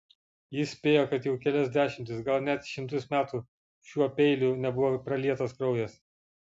jis spėjo kad jau kelias dešimtis gal net šimtus metų šiuo peiliu nebuvo pralietas kraujas